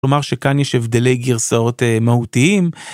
כלומר שכאן יש הבדלי גרסאות מהותיים.